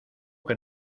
que